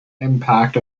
impact